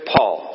Paul